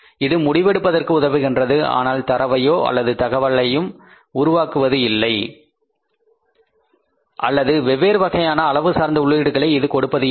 இது முடிவு எடுப்பதற்கு உதவுகின்றது ஆனால் தரவையோ அல்லது தகவலையும் உருவாக்க உதவுவது இல்லை அல்லது வெவ்வேறு வகையான அளவு சார்ந்த உள்ளீடுகளை இது கொடுப்பது இல்லை